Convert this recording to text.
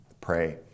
pray